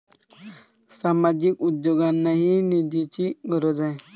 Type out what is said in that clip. सामाजिक उद्योगांनाही निधीची गरज आहे